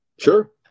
Sure